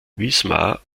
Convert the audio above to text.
wismar